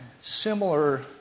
similar